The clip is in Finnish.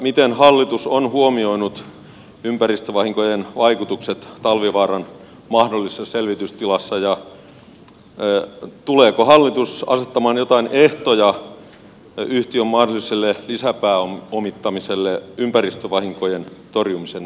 miten hallitus on huomioinut ympäristövahinkojen vaikutukset talvivaaran mahdollisessa selvitystilassa ja tuleeko hallitus asettamaan joitain ehtoja yhtiön mahdolliselle lisäpääomittamiselle ympäristövahinkojen torjumisen näkökulmasta